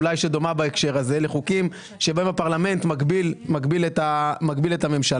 אולי שדומה בהקשר הזה לחוקים שבהם הפרלמנט מגביל את הממשלה,